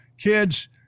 kids